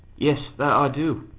yes, that i do.